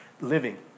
living